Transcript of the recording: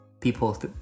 people